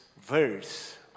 verse